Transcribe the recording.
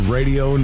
Radio